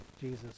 Jesus